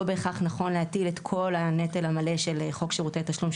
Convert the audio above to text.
לא בהכרח נכון יהיה להטיל את כל הנטל המלא של חוק שירותי התשלום,